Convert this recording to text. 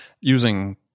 using